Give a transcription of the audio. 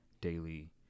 daily